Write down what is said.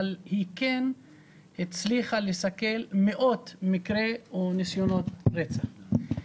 אבל היא כן הצליחה לסכל מאות מקרי או ניסיונות רצח.